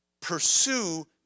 Pursue